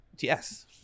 Yes